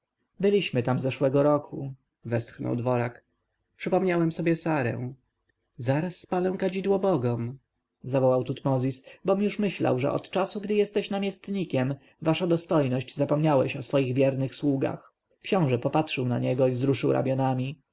byliśmy tam zeszłego roku westchnął dworak przypomniałem sobie sarę zaraz spalę kadzidło bogom zawołał tutmozis bom już myślał że od czasu gdy jesteś namiestnikiem wasza dostojność zapomniałeś o swoich wiernych sługach książę popatrzył na niego i wzruszył ramionami